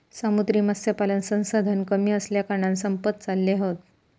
समुद्री मत्स्यपालन संसाधन कमी असल्याकारणान संपत चालले हत